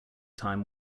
time